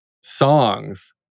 songs